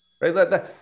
right